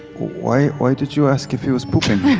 why why did you ask if he was pooping?